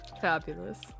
Fabulous